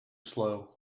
slow